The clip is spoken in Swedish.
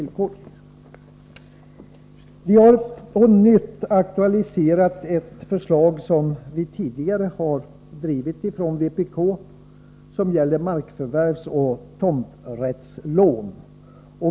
Vi har på nytt aktualiserat ett förslag som vi tidigare har fört fram från vpk och som gäller markförvärvsoch tomträttslån.